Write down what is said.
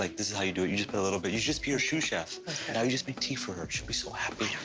like, this is how you do it, you just put a little bit, you just be her sous chef. now you just make tea for her, she'll be so happy.